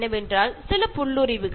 മനുഷ്യന്റെ ഒരു വിഭാഗവും നില നിൽക്കില്ല